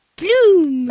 bloom